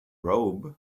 robe